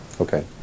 Okay